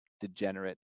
degenerate